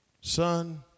Son